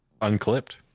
Unclipped